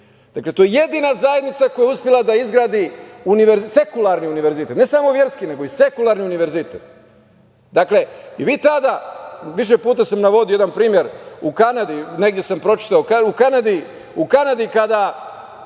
Dakle, to je jedina zajednica koja je uspela da izgradi sekularni univerzitet, ne samo verski, nego i sekularni univerzitet. Više puta sam navodio jedan primer. Negde sam pročitao, u Kanadi kada